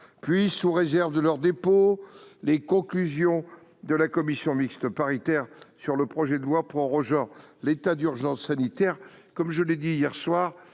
soir : Sous réserve de leur dépôt, conclusions de la commission mixte paritaire sur le projet de loi prorogeant l'état d'urgence sanitaire